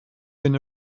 been